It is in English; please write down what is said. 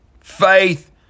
Faith